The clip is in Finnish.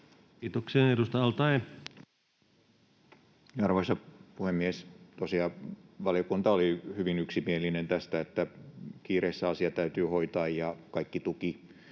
Kiitoksia. — Ja edustaja al-Taee. Arvoisa puhemies! Tosiaan valiokunta oli hyvin yksimielinen tästä, että kiireessä asia täytyy hoitaa, ja kaikki tuki